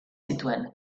zituen